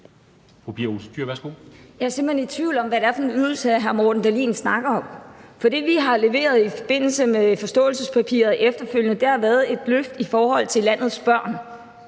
Jeg er simpelt hen i tvivl om, hvad det er for en ydelse, hr. Morten Dahlin snakker om, for det, vi har leveret i forbindelse med forståelsespapiret og efterfølgende, har været et løft i forhold til landets børn